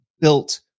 built